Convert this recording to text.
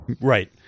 Right